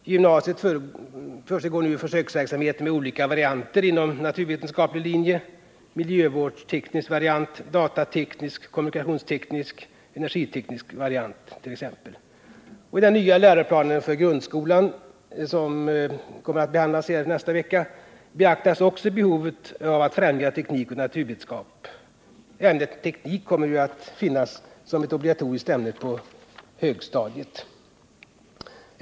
I gymnasiet pågår nu försöksverksamhet med olika varianter inom naturvetenskaplig linje, t.ex. miljövårdsteknisk, datateknisk, kommunikationsteknisk och energiteknisk variant. Också i den nya läroplanen för grundskolan, som kommer att behandlas nästa vecka, beaktas behovet av förändringar i teknik och naturvetenskap. Ämnet teknik kommer ju att finnas som ett obligatoriskt ämne på högstadiet.